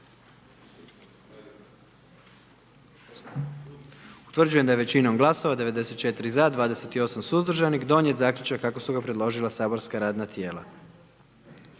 Utvrđujem da je većinom glasova 78 za i 1 suzdržan i 20 protiv donijet zaključak kako ga je predložilo matično saborsko radno tijelo.